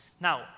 Now